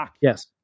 Yes